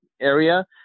area